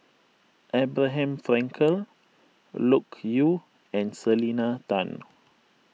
Abraham Frankel Loke Yew and Selena Tan